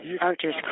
Archer's